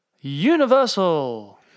Universal